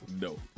No